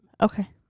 Okay